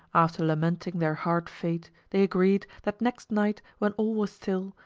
after lamenting their hard fate, they agreed, that next night, when all was still,